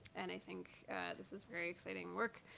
and i think this is very exciting work.